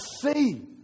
see